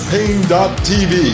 Pain.tv